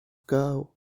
girl